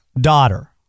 daughter